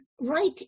right